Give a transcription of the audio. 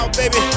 baby